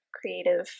creative